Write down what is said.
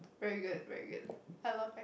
very good very good I love aircon